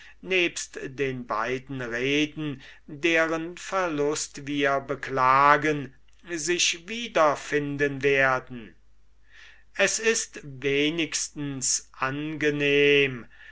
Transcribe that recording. nebst den beiden reden deren verlust wir beklagen sich wieder finden werden es ist wenigstens angenehm